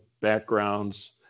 backgrounds